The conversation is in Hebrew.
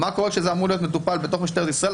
מה קורה כשזה אמור להיות מטופל במשטרת ישראל?